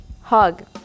hug